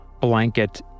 blanket